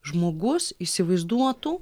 žmogus įsivaizduotų